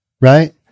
right